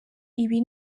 ibi